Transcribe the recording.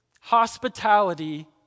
hospitality